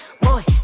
Boy